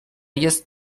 jest